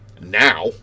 Now